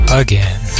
again